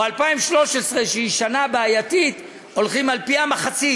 או 2013, שהיא שנה בעייתית, הולכים על-פי המחצית.